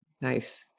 nice